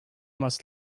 must